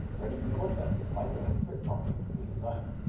ready to be modulated by the atmospheric properties we desire.